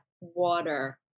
water